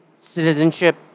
citizenship